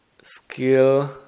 skill